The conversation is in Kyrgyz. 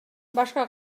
башка